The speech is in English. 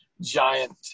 giant